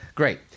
Great